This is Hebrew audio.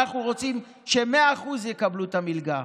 אנחנו רוצים ש-100% יקבלו את המלגה,